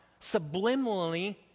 subliminally